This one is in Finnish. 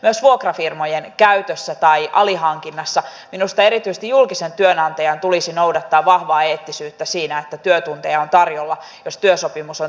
myös vuokrafirmojen käytössä tai alihankinnassa minusta erityisesti julkisen työnantajan tulisi noudattaa vahvaa eettisyyttä siinä että työtunteja on tarjolla jos työsopimus on tehty